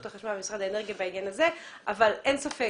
החשמל ואת משרד האנרגיה בעניין הזה אבל אין ספק